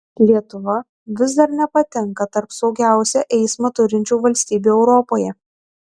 lietuva vis dar nepatenka tarp saugiausią eismą turinčių valstybių europoje